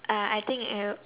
uh I think it